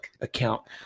account